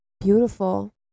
beautiful